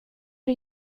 det